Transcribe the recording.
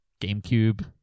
gamecube